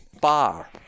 bar